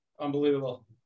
unbelievable